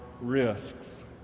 risks